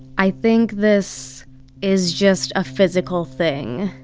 i think this is just a physical thing